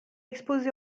exposé